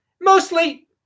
mostly